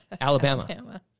Alabama